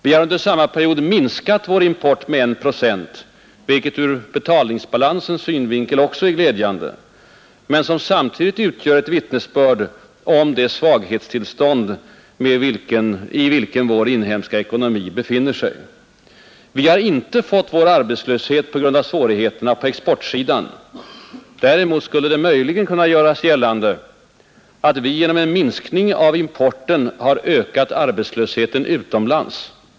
Vi har under samma period minskat vår import med 1 procent, vilket ur betalningsbalansens synvinkel också är glädjande men samtidigt utgör ett vittnesbörd om det svaghetstillstånd i vilket vår inhemska ekonomi befinner sig. Vi har inte fått vår arbetslöshet på grund av svårigheter på exportsidan. Däremot skulle det möjligen kunna göras gällande, att vi genom en minskning av importen har ökat arbetslösheten utomlands.